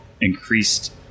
increased